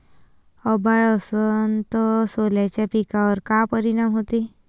अभाळ असन तं सोल्याच्या पिकावर काय परिनाम व्हते?